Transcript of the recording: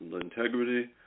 integrity